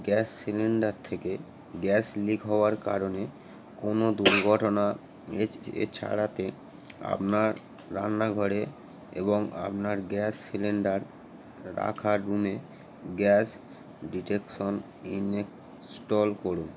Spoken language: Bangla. গ্যাস সিলিন্ডার থেকে গ্যাস লিক হওয়ার কারণে কোনো দুর্ঘটনা এড়াতে আপনার রান্নাঘরে এবং আপনার গ্যাস সিলিন্ডার রাখার রুমে গ্যাস ডিটেকশন ইনস্টল করুন